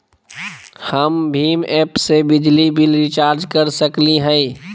हम भीम ऐप से बिजली बिल रिचार्ज कर सकली हई?